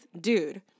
Dude